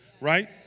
right